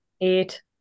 Eight